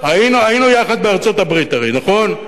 הרי היינו יחד בארצות-הברית, נכון?